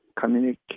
communicate